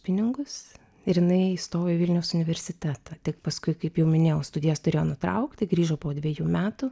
pinigus ir jinai įstojo į vilniaus universitetą tik paskui kaip jau minėjau studijas turėjo nutraukti grįžo po dvejų metų